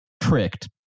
tricked